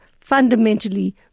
fundamentally